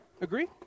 Agree